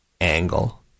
angle